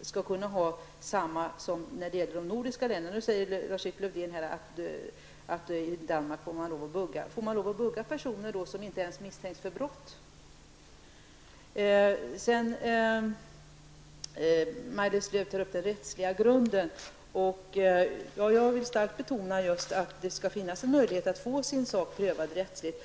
skall kunna ha samma bestämmelser som de övriga nordiska länderna. Nu säger Lars-Erik Lövdén att man i Danmark får lov att ''bugga''. Får man lov att ''bugga'' personer som inte ens misstänks för brott? Maj-Lis Lööw tar upp den rättsliga grunden. Jag vill starkt betona att det skall finnas en möjlighet att få sin sak prövad rättsligt.